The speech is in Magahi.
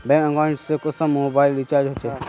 बैंक अकाउंट से कुंसम मोबाईल रिचार्ज होचे?